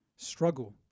struggle